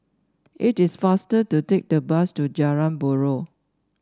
it is faster to take the bus to Jalan Buroh